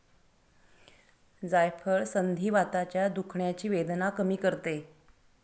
जायफळ संधिवाताच्या दुखण्याची वेदना कमी करते